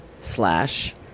slash